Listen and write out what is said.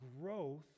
growth